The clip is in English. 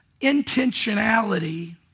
intentionality